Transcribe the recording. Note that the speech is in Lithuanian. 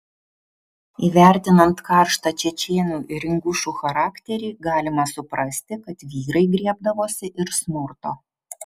įvertinant karštą čečėnų ir ingušų charakterį galima suprasti kad vyrai griebdavosi ir smurto